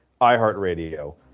iHeartRadio